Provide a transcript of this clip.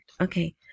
Okay